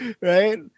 Right